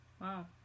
wow